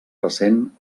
ressent